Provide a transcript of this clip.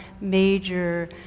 major